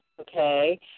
okay